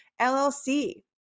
LLC